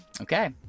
Okay